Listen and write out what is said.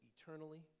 eternally